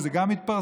וזה גם התפרסם